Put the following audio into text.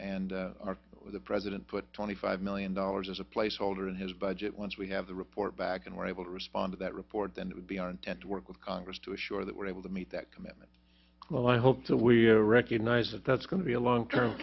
and the president put twenty five million dollars as a placeholder in his budget once we have the report back and we're able to respond to that report and it would be our intent to work with congress to assure that we're able to meet that commitment well i hope that we recognize that that's going to be a long term